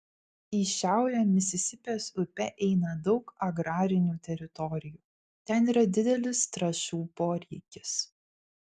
į šiaurę misisipės upe eina daug agrarinių teritorijų ten yra didelis trąšų poreikis